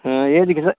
हाँ ये दिखसा